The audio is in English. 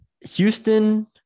Houston